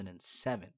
2007